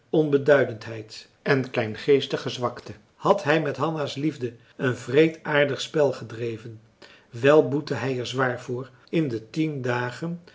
onbeduidendheid en kleingeestige zwakte had hij met hanna's liefde een wreedaardig spel gedreven wel boette hij er zwaar voor in die tien dagen